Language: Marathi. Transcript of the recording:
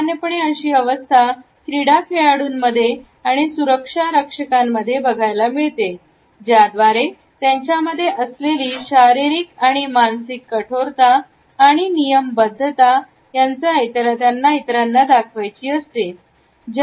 सामान्यपणे अशी अवस्था क्रीडा खेळाडूंमध्ये आणि सुरक्षारक्षक त्यांमध्ये बघायला मिळते ज्याद्वारे त्यांच्यामध्ये असलेली शारीरिक आणि मानसिक कठोरता आणि नियमबद्ध चा त्यांना इतरांना दाखवायचे असते